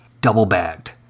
Double-bagged